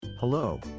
Hello